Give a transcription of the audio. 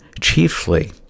chiefly